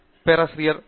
பேராசிரியர் அருண் கே